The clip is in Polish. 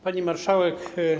Pani Marszałek!